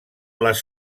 les